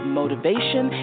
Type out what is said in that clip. motivation